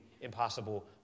impossible